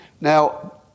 Now